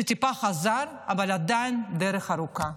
שטיפה חזר, אבל עדיין הדרך ארוכה.